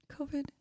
COVID